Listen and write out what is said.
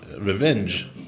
revenge